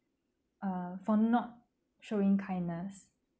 uh for not showing kindness